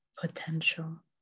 potential